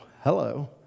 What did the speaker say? hello